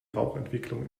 rauchentwicklung